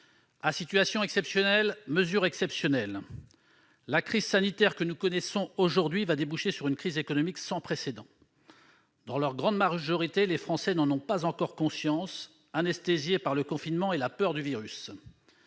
à situation exceptionnelle, mesures exceptionnelles. La crise sanitaire que nous connaissons aujourd'hui débouchera sur une crise économique sans précédent. Dans leur grande marge majorité, les Français, anesthésiés par le confinement et par la peur du virus,